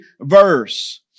verse